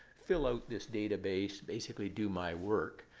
fill out this database, basically do my work.